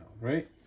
right